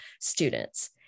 students